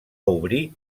obrir